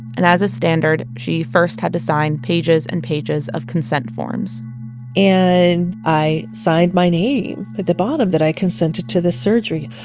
and as is standard she first had to sign pages and pages of consent forms and i signed my name at the bottom, that i consented to this surgery,